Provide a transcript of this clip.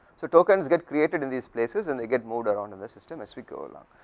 so, tokens get created in these places and they get moved on on and the system, next we go will on,